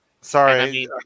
Sorry